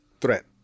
threat